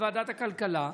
בוועדת הכלכלה,